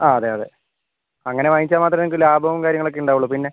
ആ അതെ അതെ അങ്ങനെ വാങ്ങിച്ചാൽ മാത്രമേ നിങ്ങൾക്ക് ലാഭവും കാര്യങ്ങൾ ഒക്കെ ഉണ്ടാവുള്ളൂ പിന്നെ